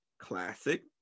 classic